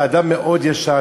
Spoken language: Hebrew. אתה אדם מאוד ישר,